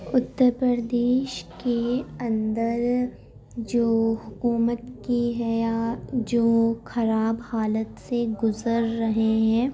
اتر پردیش کے اندر جو حکومت کی ہے یا جو خراب حالت سے گزر رہے ہیں